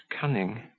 cunning